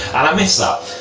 i miss that.